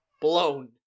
blown